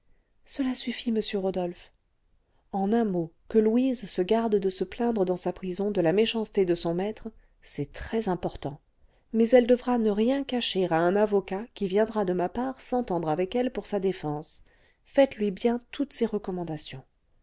cela suffit monsieur rodolphe en un mot que louise se garde de se plaindre dans sa prison de la méchanceté de son maître c'est très-important mais elle devra ne rien cacher à un avocat qui viendra de ma part s'entendre avec elle pour sa défense faites-lui bien toutes ces recommandations